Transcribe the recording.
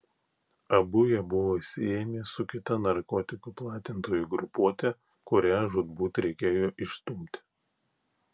abu jie buvo siejami su kita narkotikų platintojų grupuote kurią žūtbūt reikėjo išstumti